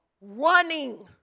running